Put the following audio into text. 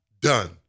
done